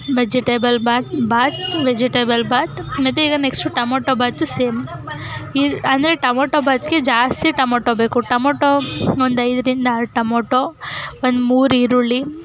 vegetable ಬಾತು ಬಾತು vegetable ಬಾತು ಮತ್ತು ಈಗ ನೆಕ್ಸ್ಟು ಟೊಮೊಟೊ ಬಾತು ಸೇಮ್ ಈರು ಅಂದರೆ ಟೊಮೊಟೊ ಬಾತಿಗೆ ಜಾಸ್ತಿ ಟೊಮೊಟೊ ಬೇಕು ಟೊಮೊಟೊ ಒಂದು ಐದರಿಂದ ಆರು ಟೊಮೊಟೊ ಒಂದು ಮೂರು ಈರುಳ್ಳಿ